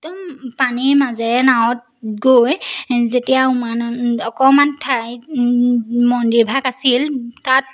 একদম পানীৰ মাজেৰে নাৱত গৈ যেতিয়া উমানন্দ অকমান ঠাইত মন্দিৰভাগ আছিল তাত